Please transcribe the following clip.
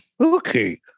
Okay